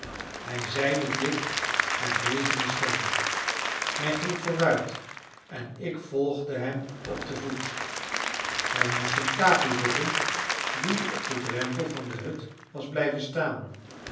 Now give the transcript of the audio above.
hij zeide dit met bevende stem hij ging vooruit en ik volgde hem op de voet wij moesten capi roepen die op den drempel van de hut was blijven staan